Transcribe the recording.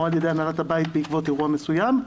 על ידי הנהלת הבית בעקבות אירוע מסוים.